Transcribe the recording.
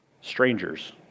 strangers